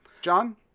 john